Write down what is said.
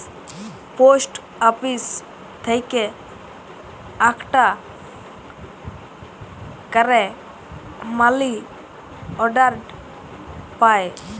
post office থেক্যে আকটা ক্যারে মালি অর্ডার পায়